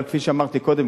אבל כפי שאמרתי קודם,